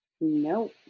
No